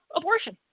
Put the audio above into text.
abortion